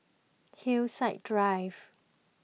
Hillside Drive